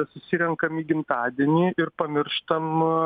susirenkam į gimtadienį ir pamirštam